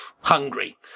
Hungry